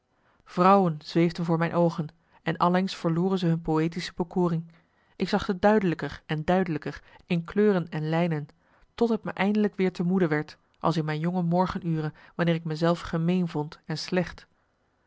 vrouwen zweefden voor mijn oogen en allengs verloren ze hun poëtische bekoring ik zag ze duidelijker en duidelijker in kleuren en lijnen tot het me eindelijk weer te moede werd als in mijn jonge morgenuren wanneer ik me zelf gemeen vond en slecht